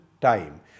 time